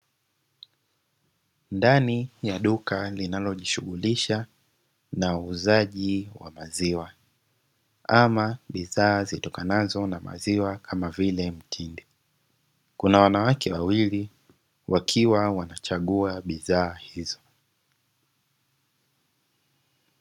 Ndani ya duka linalojishughulisha na uuzaji wa maziwa, ama bidhaa zitokanazo na maziwa kama vile mtindi. Kuna wanawake wawili wakiwa wanachagua bidhaa hizo.